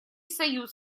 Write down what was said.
союз